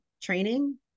training